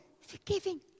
forgiving